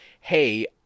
hey